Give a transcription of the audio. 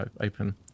open